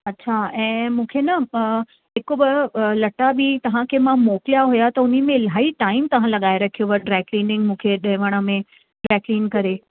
अच्छा ऐं मूंखे न हिक ॿ लटा बि तव्हांखे मां मोकिलिया हुया त उनमें इलाही टाइम तां लॻाए रखियुव ड्राईक्लिंग मूंखे ॾेयण में ड्राईक्लिंग करे